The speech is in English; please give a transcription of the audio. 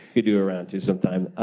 could do a round two sometime.